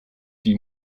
die